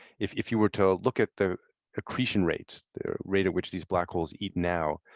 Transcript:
if if you were to look at the ecreation rate, the rate at which these black holes eat now,